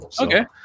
Okay